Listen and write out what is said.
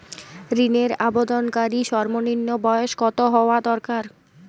ঋণের আবেদনকারী সর্বনিন্ম বয়স কতো হওয়া দরকার?